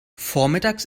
vormittags